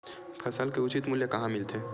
फसल के उचित मूल्य कहां मिलथे?